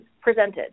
presented